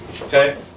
Okay